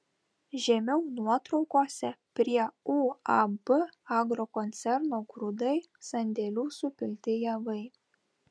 žemiau nuotraukose prie uab agrokoncerno grūdai sandėlių supilti javai